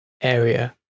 area